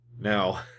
Now